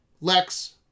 Lex